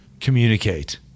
communicate